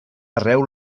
arreu